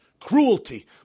Cruelty